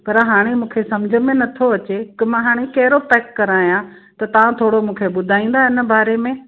पर हाणे मूंखे समुझ में न थो अचे त मां हाणे कहिड़ो पैक करायां त तव्हां थोरो मूंखे ॿुधाईंदा आहिनि बारे में